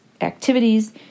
activities